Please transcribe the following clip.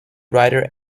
writer